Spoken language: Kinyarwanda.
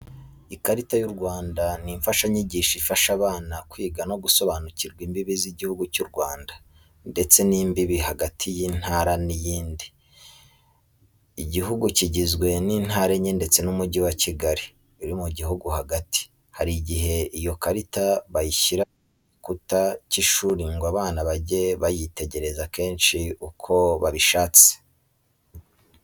Ikarita y'u Rwanda ni imfashanyigisho ifasha abana kwiga no gusobanukirwa imbibi z'igihugu cy'u Rwanda ndetse n'imbibi hagati y'intara n'iyindi. Iguhugu kigizwe n'intara enye ndetse n'umugi wa Kigali uri mu gihugu hagati. Hari igihe iyo karita bayishyira ku gikuta cy'ishuri ngo abana bajye bayitegereza kenshi uko babishatse.